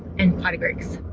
and potty breaks.